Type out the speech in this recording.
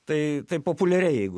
tai taip populiariai jeigu